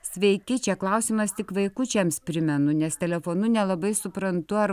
sveiki čia klausimas tik vaikučiams primenu nes telefonu nelabai suprantu ar